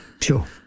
Sure